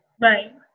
Right